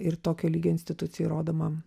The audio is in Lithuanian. ir tokio lygio institucijai įrodoma